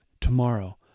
Tomorrow